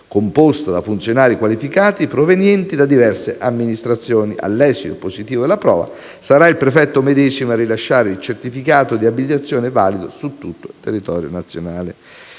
composta da funzionari qualificati provenienti da diverse amministrazioni. All'esito positivo della prova, sarà il prefetto medesimo a rilasciare il certificato di abilitazione valido su tutto il territorio nazionale.